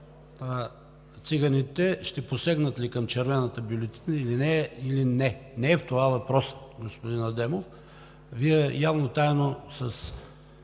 циганите – ще посегнат ли към червената бюлетина, или не. Не е в това въпросът, господин Адемов. Вие явно, тайно с